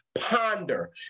ponder